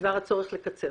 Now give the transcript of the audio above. בדבר הצורך לקצר